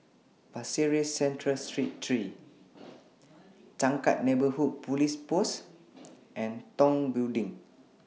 Pasir Ris Central Street three Changkat Neighbourhood Police Post and Tong Building